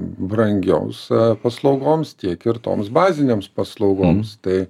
brangiausia paslaugoms tiek ir toms bazinėms paslaugoms tai